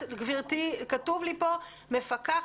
מרב,